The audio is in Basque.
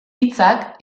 hitzak